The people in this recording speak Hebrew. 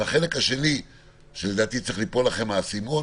והחלק השני שלדעתי צריך ליפול לכם האסימון